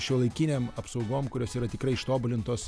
šiuolaikinėm apsaugom kurios yra tikrai ištobulintos